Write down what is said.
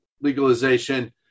legalization